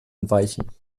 entweichen